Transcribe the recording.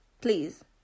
Please